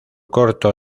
corto